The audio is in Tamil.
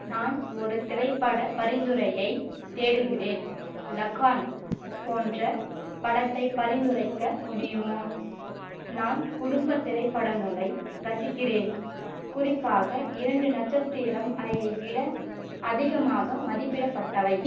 நான் ஒரு திரைப்படப் பரிந்துரையைத் தேடுகிறேன் லகான் போன்ற படத்தைப் பரிந்துரைக்க முடியுமா நான் குடும்பத் திரைப்படங்களை ரசிக்கிறேன் குறிப்பாக இரண்டு நட்சத்திரம் ஐ விட அதிகமாக மதிப்பிடப்பட்டவை